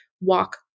walk